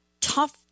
tough